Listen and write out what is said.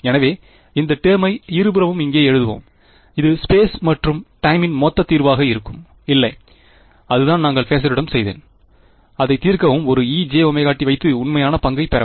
எனவே இந்த டெர்மை இருபுறமும் இங்கே எழுதுவோம் இது ஸ்பேஸ் மற்றும் டைமின் மொத்த தீர்வாக இருக்கும் இல்லை அதுதான் நாங்கள் பேஸருடன் செய்தோம் அதைத் தீர்க்கவும் ஒரு ejωt வைத்து உண்மையான பங்கைப் பெறவும்